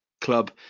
club